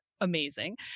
amazing